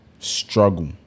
struggle